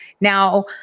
Now